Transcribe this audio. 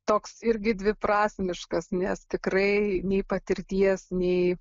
toks irgi dviprasmiškas nes tikrai nei patirties nei